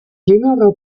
jüngerer